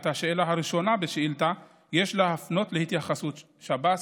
את השאלה הראשונה בשאילתה יש להפנות להתייחסות שב"ס,